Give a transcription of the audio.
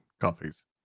copies